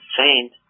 saint